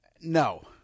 No